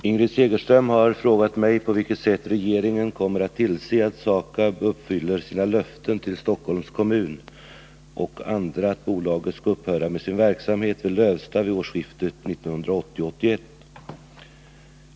Herr talman! Ingrid Segerström har frågat mig på vilket sätt regeringen kommer att tillse att SAKAB uppfyller sina löften till Stockholms kommun och andra att bolaget skall upphöra med sin verksamhet vid Lövsta vid årsskiftet 1980-1981.